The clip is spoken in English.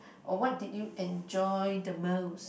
or what did you enjoy the most